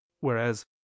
Whereas